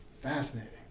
fascinating